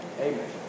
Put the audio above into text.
Amen